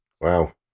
Wow